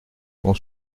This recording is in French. qu’on